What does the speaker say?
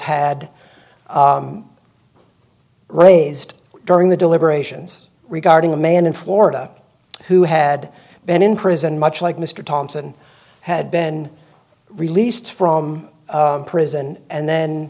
had raised during the deliberations regarding a man in florida who had been in prison much like mr thompson had been released from prison and then